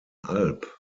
alb